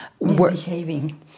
Misbehaving